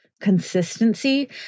consistency